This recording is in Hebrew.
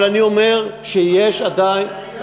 אבל אני אומר שיש עדיין,